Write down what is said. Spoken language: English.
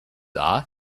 are